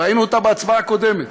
ראינו אותה בהצבעה הקודמת.